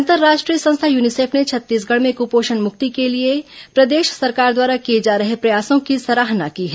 अंतर्राष्ट्रीय संस्था यूनिसेफ ने छत्तीसगढ़ में कुपोषण मुक्ति के लिए प्रदेश सरकार द्वारा किए जा रहे प्रयासों की सराहना की है